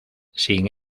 sin